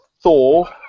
Thor